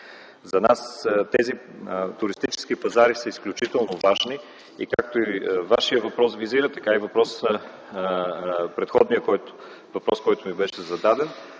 За нас тези туристически пазари са изключително важни и както визира и Вашият въпрос, така и предходният въпрос, който ми беше зададен